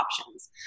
options